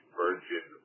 virgin